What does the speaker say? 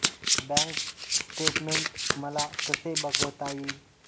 Bank statement मला कसे बघता येईल?